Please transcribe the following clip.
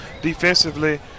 defensively